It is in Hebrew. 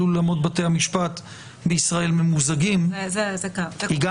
אולמות בתי המשפט בישראל ממוזגים --- זה קיים.